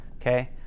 Okay